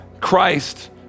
christ